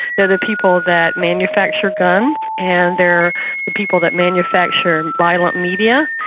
they are the people that manufacture guns, and they are the people that manufacture violent media,